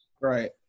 Right